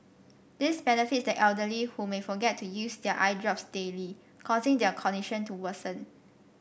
this benefits the elderly who may forget to use their eye drops daily causing their condition to worsen